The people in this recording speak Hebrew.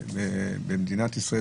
במדינת ישראל,